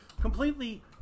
completely